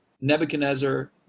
Nebuchadnezzar